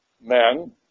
men